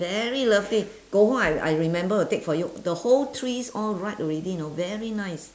very lovely go home I I remember to take for you the whole trees all ripe already know very nice